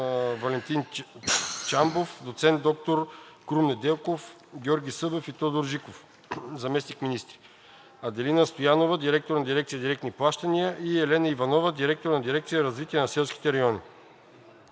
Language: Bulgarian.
Валентин Чамбов, доц. д-р Крум Неделков, Георги Събев и Тодор Джиков – заместник-министри, Аделина Стоянова – директор на дирекция „Директни плащания“, и Елена Иванова – директор на дирекция „Развитие на селските райони“.